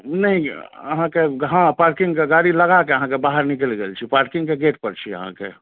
नहि अहाँके हँ पार्किंगके गाड़ी लगाके अहाँके बाहर निकलि गेल छी पार्किंगके गेटपर छी अहाँके